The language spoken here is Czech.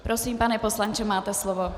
Prosím, pane poslanče, máte slovo.